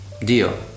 Deal